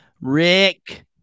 Rick